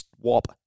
swap